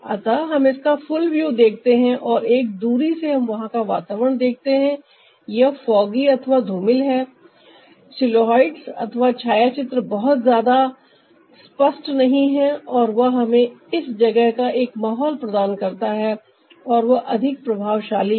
अतः हम इसका फुल व्यू देखते हैं और एक दूरी से हम वहां का वातावरण देखते हैं यह फागी अथवा धूमिल है सिलुइटिट्स अथवा छायाचित्र बहुत ज्यादा स्पष्ट नहीं है और वह हमें इस जगह का एक माहौल प्रदान करता है और वह अधिक प्रभावशाली है